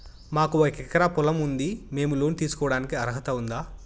మాకు ఒక ఎకరా పొలం ఉంది మేము లోను తీసుకోడానికి అర్హత ఉందా